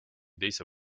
teise